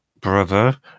brother